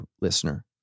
listener